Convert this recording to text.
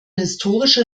historischer